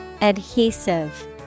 Adhesive